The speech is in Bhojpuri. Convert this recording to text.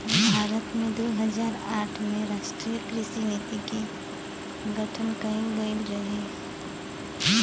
भारत में दू हज़ार आठ में राष्ट्रीय कृषि नीति के गठन कइल गइल रहे